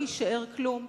לא יישאר כלום,